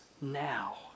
now